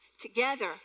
together